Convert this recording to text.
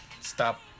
Stop